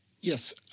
Yes